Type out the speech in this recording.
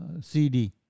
cd